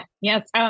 yes